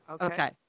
Okay